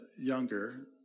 younger